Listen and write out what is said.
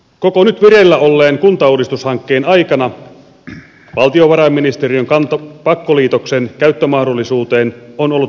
koko nyt vireillä olleen kuntauudistushankkeen aikana valtiovarainministeriön kanta pakkoliitoksen käyttömahdollisuuteen on ollut vailla selkeyttä